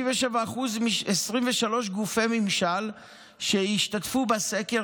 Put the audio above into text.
57% מ-23 גופי ממשל שהשתתפו בסקר,